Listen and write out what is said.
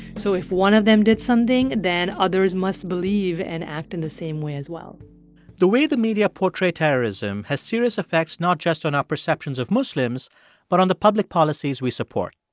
so if one of them did something, then others must believe and act in the same way as well the way the media portray terrorism has serious effects not just on our perceptions of muslims but on the public policies we support.